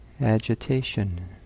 agitation